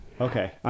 Okay